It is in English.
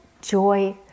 joy